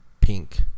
pink